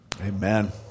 Amen